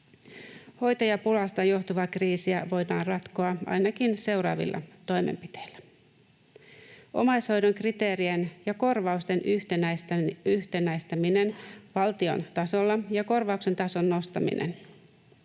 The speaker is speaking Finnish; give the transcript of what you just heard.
Hoitajapulasta johtuvaa kriisiä voidaan ratkoa ainakin seuraavilla toimenpiteillä: Omaishoidon kriteerien ja korvausten yhtenäistäminen valtion tasolla ja korvauksen tason nostaminen: